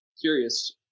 Curious